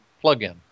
plug-in